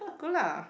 good lah